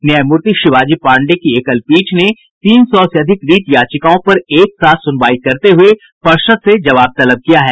न्यायमूर्ति शिवाजी पाण्डेय की एकल पीठ ने तीन सौ से अधिक रीट याचिकाओं पर एक साथ सुनवाई करते हुये पर्षद से जवाब तलब किया है